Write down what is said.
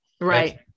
right